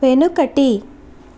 వెనుకటి